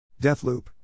Deathloop